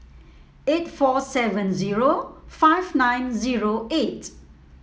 eight four seven zero five nine zero eight